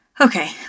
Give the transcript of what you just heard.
okay